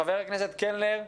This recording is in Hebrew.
חבר הכנסת קלנר,